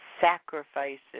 sacrifices